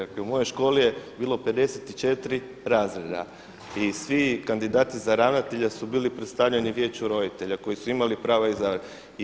Dakle, u mojoj školi je bilo 54 razreda i svi kandidati za ravnatelja su bili predstavljeni Vijeću roditelja koji su imali prava izabrati.